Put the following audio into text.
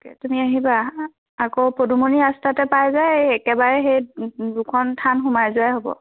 তাকে তুমি আহিবা আকৌ পদূমণি ৰাস্তাতে পাই যায় এই একেবাৰে সেই দুখন থান সোমাই যোৱাই হ'ব